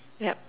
yup